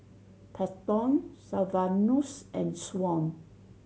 Paxton Sylvanus and Shaun